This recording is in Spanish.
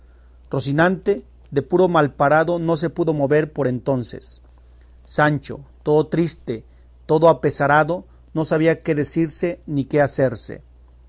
rocinante de puro malparado no se pudo mover por entonces sancho todo triste todo apesarado no sabía qué decirse ni qué hacerse